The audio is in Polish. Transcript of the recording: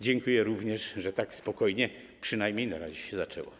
Dziękuję również, że tak spokojnie - przynajmniej na razie - się zaczęło.